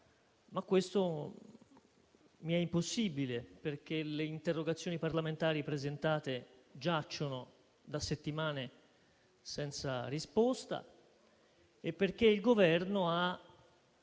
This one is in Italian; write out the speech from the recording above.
ma questo mi è impossibile, perché le interrogazioni parlamentari presentate giacciono da settimane senza risposta e perché il Governo ha